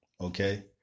Okay